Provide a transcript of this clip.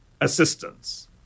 assistance